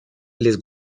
les